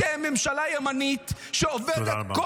אתם ממשלה ימנית שעובדת -- תודה רבה.